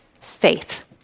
faith